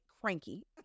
cranky